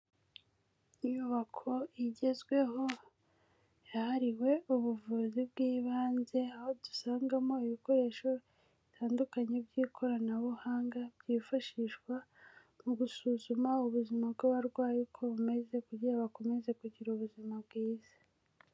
Inyubako igezweho yahariwe ubuvuzi bw'ibanze, aho dusangamo ibikoresho bitandukanye by'ikoranabuhanga byifashishwa mu gusuzuma ubuzima bw'abarwayi, uko bameze kugira bakomeze kugira ubuzima bwiza.